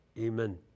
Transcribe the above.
Amen